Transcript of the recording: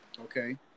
okay